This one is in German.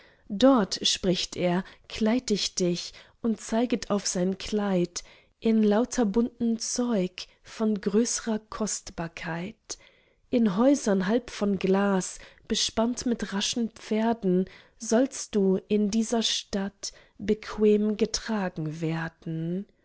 dort spricht er kleid ich dich und zeiget auf sein kleid in lauter bunten zeug von größrer kostbarkeit in häusern halb von glas bespannt mit raschen pferden sollst du in dieser stadt bequem getragen werden